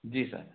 जी sir